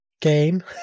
game